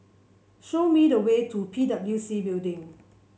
show me the way to P W C Building